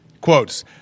quotes